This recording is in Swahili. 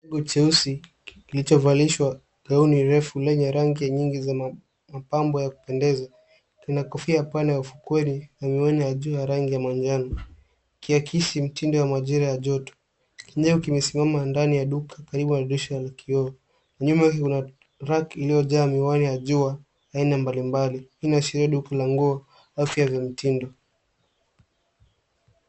...cheusi kilichovalishwa gauni refu lenye rangi nyingi zenye mapambo ya kupendeza, kina kofia pana ya ufukweri na miwani ya juu ya rangi ya manjano ikiakisi mitindo ya majira ya joto. Kinyavu kimesimama ndani ya duka karibu na dirisha la kioo na nyuma kuna rack iliyokaa miwani ya jua ya aina mbalimbali. Hii inaashiria duka la nguo afya za mtindo.